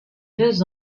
deux